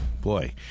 Boy